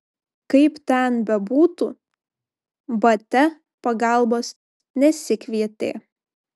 kaip ten bebūtų batia pagalbos nesikvietė